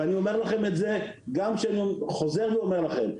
אני חוזר ואומר לכם,